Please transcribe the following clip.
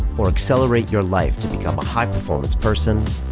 or accelerate your life to become a high performance person,